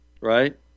right